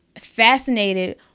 fascinated